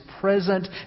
present